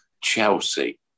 Chelsea